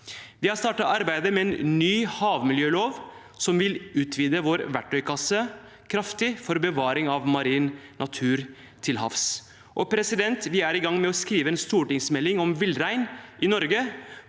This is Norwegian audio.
Vi har startet arbeidet med en ny havmiljølov, som vil utvide vår verktøykasse kraftig for bevaring av marin natur til havs. Vi er i gang med å skrive en stortingsmelding om villrein i Norge